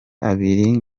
abiri